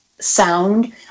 sound